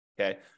Okay